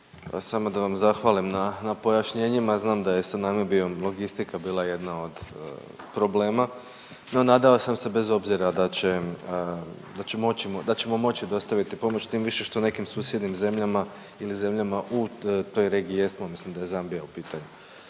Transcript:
Samo da vam zahvalim na pojašnjenjima znam da sa Namibijom logistika bila jedna od problema. No nadao sam se bez obzira da će, da će moći, da ćemo moći dostaviti pomoć tim više što nekim susjednim zemlja ili zemljama u toj regiji jesmo, mislim da je Zambija u pitanju.